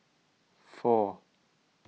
four